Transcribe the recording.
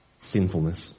sinfulness